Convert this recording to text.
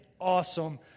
awesome